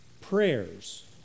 prayers